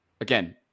again